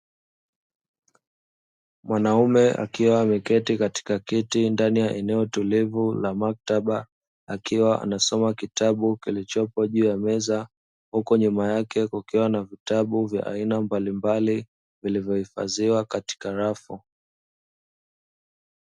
Mwanaume akiwa ameketi katika kiti ndani ya eneo tulivu la maktaba, akiwa anasoma kitabu kilichopo juu ya meza huku nyuma yake kukiwa na vitabu vya aina mbalimbali vilivyohifadhiwa katika rafu.